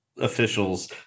officials